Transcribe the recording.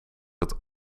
het